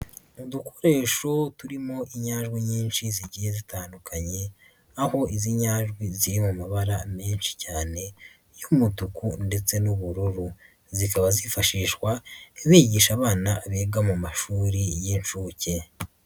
Udukoresho turimo inyajwi nyinshi zigiye zitandukanye, aho izi nyajwi ziri amabara menshi cyane y'umutuku ndetse n'ubururu. Zikaba zifashishwa, bigisha abana biga mu mashuri y'inshuke.